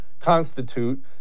Constitute